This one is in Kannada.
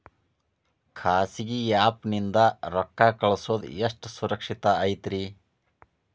ಖಾಸಗಿ ಆ್ಯಪ್ ನಿಂದ ರೊಕ್ಕ ಕಳ್ಸೋದು ಎಷ್ಟ ಸುರಕ್ಷತಾ ಐತ್ರಿ?